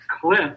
clip